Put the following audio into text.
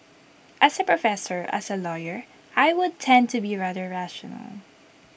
as A professor as A lawyer I would tend to be rather rational